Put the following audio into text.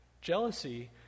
jealousy